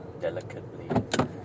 delicately